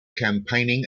campaigning